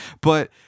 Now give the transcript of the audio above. But-